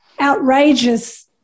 outrageous